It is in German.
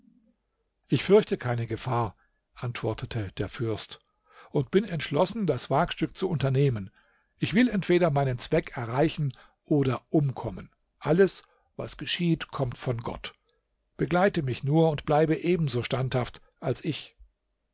ich fürchte keine gefahr antwortete der fürst und bin entschlossen das wagstück zu unternehmen ich will entweder meinen zweck erreichen oder umkommen alles was geschieht kommt von gott begleite mich nur und bleibe ebenso standhaft als ich